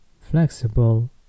flexible